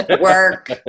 Work